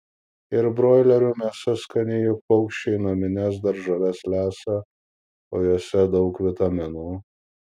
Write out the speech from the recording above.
ir broilerių mėsa skani juk paukščiai namines daržoves lesa o jose daug vitaminų